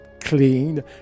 clean